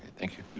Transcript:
thank you.